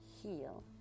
heal